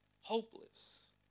hopeless